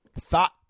Thought